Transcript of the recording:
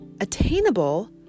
attainable